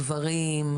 גברים,